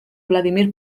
vladímir